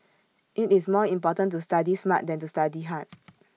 IT is more important to study smart than to study hard